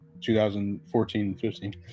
2014-15